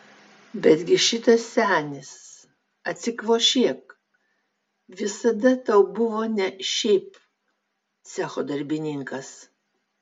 betgi šitas senis atsikvošėk visada tau buvo ne šiaip cecho darbininkas